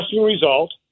result